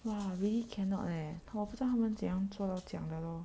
!wah! really cannot leh 我不懂他们怎样做到这样的 lor